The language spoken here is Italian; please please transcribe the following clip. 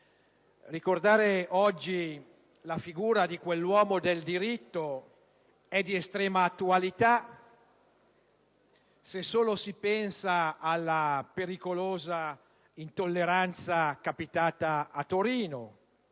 Ricordare oggi la figura di quell'uomo del diritto è di estrema attualità, se solo si pensa alla pericolosa intolleranza manifestatasi a Torino